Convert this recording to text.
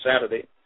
Saturday